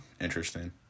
interesting